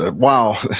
ah wow.